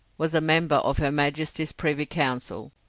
was a member of her majesty's privy council,